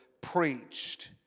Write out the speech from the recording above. preached